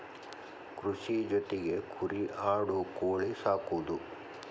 ಕೃಷಿ ಜೊತಿ ಕುರಿ ಆಡು ಕೋಳಿ ಸಾಕುದು